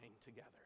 together